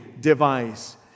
device